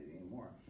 anymore